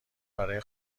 برای